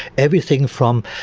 everything from